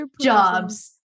jobs